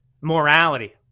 morality